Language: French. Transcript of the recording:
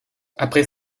après